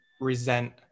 resent